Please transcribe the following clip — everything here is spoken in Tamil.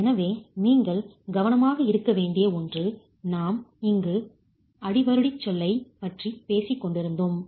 எனவே இது நீங்கள் கவனமாக இருக்க வேண்டிய ஒன்று நாம்இங்கு அடிவருடிச் சொல்லைப் பற்றி பேசிக் கொண்டிருந்தோம்